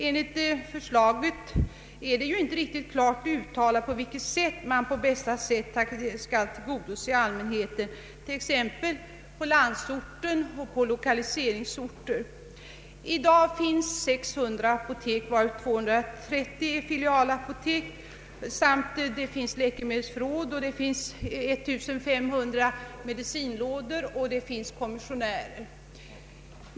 Enligt förslaget är det ju inte riktigt klart uttalat hur man på bästa sätt skall tillgodose allmänheten t.ex. i landsorten och på lokaliseringsorter. I dag finns 600 apotek, varav 230 är filialapotek, och så finns det läkemedelsförråd, 1500 medicinlådor och kommissionärer.